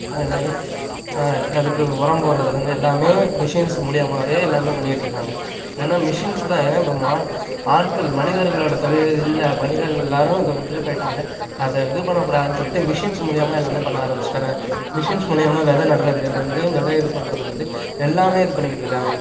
இது என்னது அதுக்கு உரம் போடுறதுலேர்ந்து எல்லாமே மிஷின்ஸ் மூலியமாகவே எல்லாமே பண்ணிக்கிட்டுருக்காங்க ஏன்னா மிஷின்ஸு தான் ஏன்னா இப்போ மா ஆட்கள் மனிதர்களோட தொழில் இல்லை மனிதர்கள் எல்லாரும் இந்த விட்டுட்டு போயிட்டாங்க அதை இது பண்ணக்கூடாதுன்னு சொல்லிவிட்டு மிஷின்ஸ் மூலியமாக எல்லாமே பண்ண ஆரம்பிச்சிட்டாங்க மிஷின்ஸ் மூலியமாக வித நட்றதுலேர்ந்து வித இது பண்ணுறதுலேர்ந்து எல்லாமே இது பண்ணிக்கிட்டுருக்காங்க